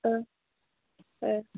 ए